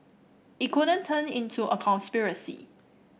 it couldn't turn into a conspiracy